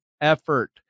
effort